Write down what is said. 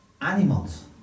Animals